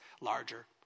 larger